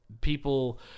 people